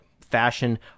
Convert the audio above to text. fashion